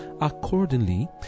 Accordingly